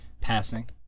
passing